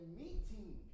meeting